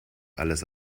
alles